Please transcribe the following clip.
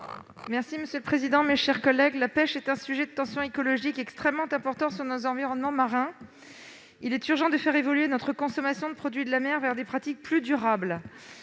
parole est à Mme Céline Boulay-Espéronnier. La pêche est un sujet de tension écologique extrêmement important pour nos environnements marins. Il est urgent de faire évoluer notre consommation de produits de la mer vers des pratiques plus durables.